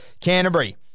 Canterbury